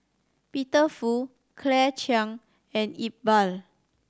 Peter Fu Claire Chiang and Iqbal